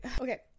Okay